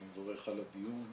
אני מברך על הדיון.